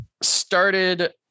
started